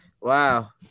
Wow